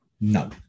no